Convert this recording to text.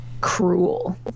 cruel